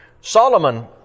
Solomon